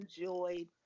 enjoyed